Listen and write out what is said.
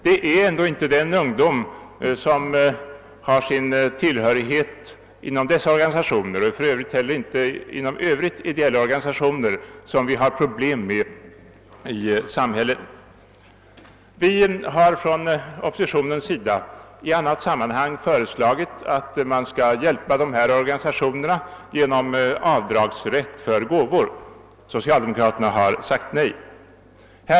Det är ändå inte den ungdom, som har sin tillhörighet inom dessa organisationer och inte heller inom andra ideella sammanslutningar, vi har problem med i samhället. Vi har från oppositionen i annat sammanhang föreslagit att de ideella organisationerna skall stödjas genom avdragsrätt för gåvor. Socialdemokraterna har sagt nej till detta.